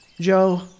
Joe